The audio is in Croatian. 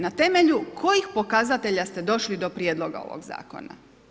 Na temelju kojih pokazatelja ste došli do Prijedloga ovog zakona?